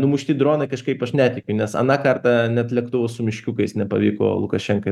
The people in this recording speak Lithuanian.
numušti dronai kažkaip aš netikiu nes aną kartą net lėktuvo su meškiukais nepavyko lukašenkai